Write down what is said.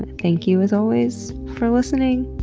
and thank you as always for listening!